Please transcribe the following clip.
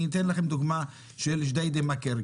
אתן לכם דוגמה מכביש 6 בג'דיידה מכר.